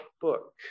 book